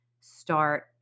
start